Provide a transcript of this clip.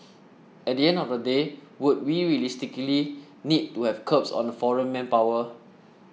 at the end of the day would we realistically need to have curbs on the foreign manpower